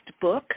book